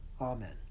Amen